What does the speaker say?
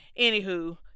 anywho